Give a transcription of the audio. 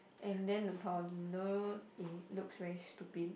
and then the toddler it looks very stupid